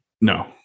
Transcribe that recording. no